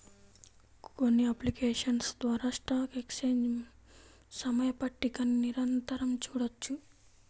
కొన్ని అప్లికేషన్స్ ద్వారా stock exchange సమయ పట్టికని నిరంతరం చూడొచ్చు